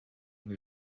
even